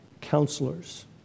counselors